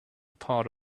part